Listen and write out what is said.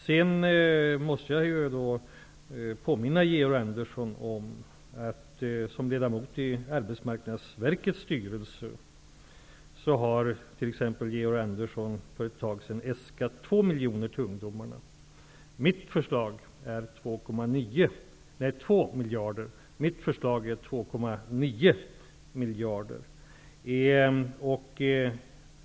Jag måste påminna Georg Andersson om att miljarder kronor för åtgärder riktade mot ungdomar. Mitt förslag är 2,9 miljarder.